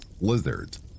lizards